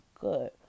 good